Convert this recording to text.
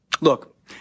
Look